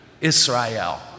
Israel